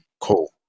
cool